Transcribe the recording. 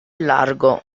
largo